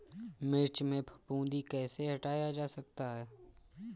मिर्च में फफूंदी कैसे हटाया जा सकता है?